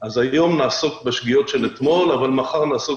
אז היום נעסוק בשגיאות של אתמול אבל מחר נעסוק